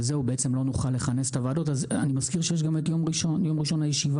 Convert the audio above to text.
אני מזכיר שיש גם את יום ראשון כאשר ביום ראשון הישיבה